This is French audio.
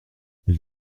elle